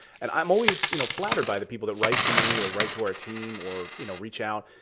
and i'm always, you know, flattered, by the people that write to me, or write to our team, or you know reach out.